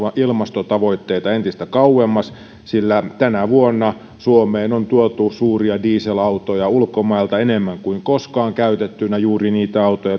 ilmastotavoitteitamme entistä kauemmas sillä tänä vuonna suomeen on tuotu suuria dieselautoja ulkomailta käytettynä enemmän kuin koskaan juuri niitä autoja